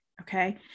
Okay